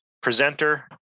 presenter